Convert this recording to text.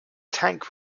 tank